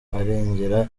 arengera